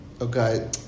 Okay